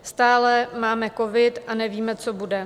Stále máme covid a nevíme, co bude.